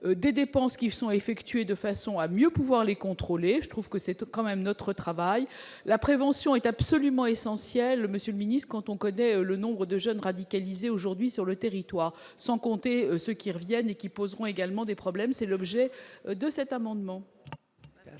des dépenses qui sont effectuées de façon à mieux pouvoir les contrôler, je trouve que c'était quand même notre travail, la prévention est absolument essentiel, monsieur le Ministre quand on connaît le nombre de jeunes radicalisés aujourd'hui sur le territoire, sans compter ceux qui reviennent et qui poseront également des problèmes, c'est l'objet de cet amendement.